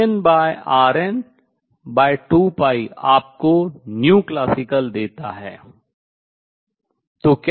vnrn2π आपको classical देता है